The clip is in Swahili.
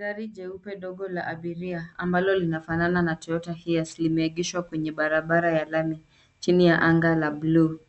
Gari jeupe ya abiria ambalo inafanana na Toyota Hiace limeegeshwa kwenye barabara ya lami jini ya angaa la bluu